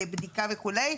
בדיקה וכולה,